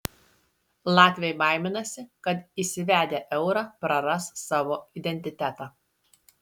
latviai baiminasi kad įsivedę eurą praras savo identitetą